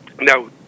now